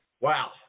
wow